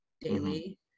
daily